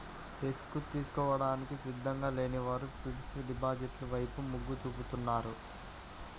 risk తీసుకోవడానికి సిద్ధంగా లేని వారు ఫిక్స్డ్ డిపాజిట్ల వైపు మొగ్గు చూపుతున్నారు